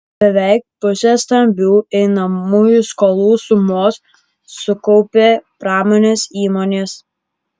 beveik pusę stambių einamųjų skolų sumos sukaupė pramonės įmonės